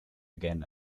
again